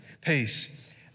peace